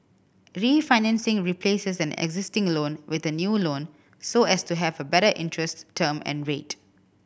refinancing replaces an existing loan with a new loan so as to have a better interest term and rate